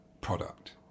product